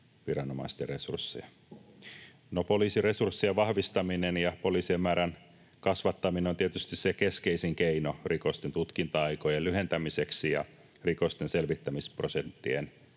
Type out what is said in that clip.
Poliisin resurssien vahvistaminen ja poliisien määrän kasvattaminen on tietysti se keskeisin keino rikosten tutkinta-aikojen lyhentämiseksi ja rikosten selvittämisprosenttien